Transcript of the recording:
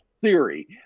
theory